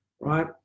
right